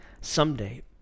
someday